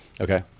Okay